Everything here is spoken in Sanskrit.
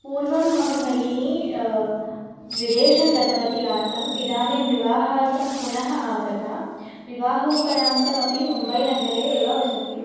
पूर्वं मम भगिनी विदेशं गतवती आसम् इदानीं विवाहार्थं पुनः आगता विवाहोपरान्तमपि मुम्बैनगरे एव वसति